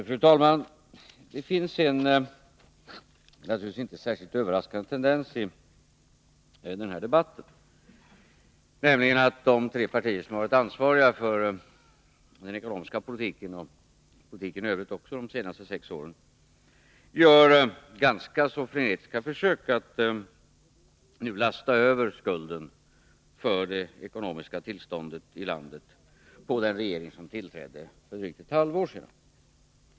Fru talman! Det finns en — naturligtvis inte överraskande — tendens i den här debatten, nämligen att de tre partier som varit ansvariga för den ekonomiska politiken och även för politiken i övrigt under de senaste sex åren gör ganska frenetiska försök att nu lasta över skulden för det ekonomiska tills:åndet i landet på den regering som tillträdde för drygt ett halvår sedan.